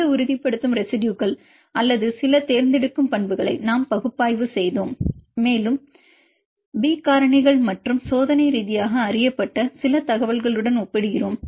இந்த உறுதிப்படுத்தும் ரெசிடுயுகள் அல்லது சில தேர்ந்தெடுக்கும் பண்புகளை நாம் பகுப்பாய்வு செய்தோம் மேலும் B காரணிகள் மற்றும் சோதனை ரீதியாக அறியப்பட்ட சில தகவல்களுடன் ஒப்பிடுகிறோம்